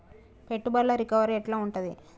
పెట్టుబడుల రికవరీ ఎట్ల ఉంటది?